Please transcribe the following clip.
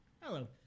hello